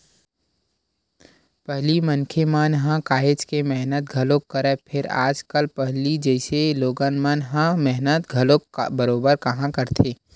पहिली मनखे मन ह काहेच के मेहनत घलोक करय, फेर आजकल पहिली जइसे लोगन मन ह मेहनत घलोक बरोबर काँहा करथे